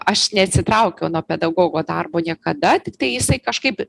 aš neatsitraukiau nuo pedagogo darbo niekada tiktai jisai kažkaip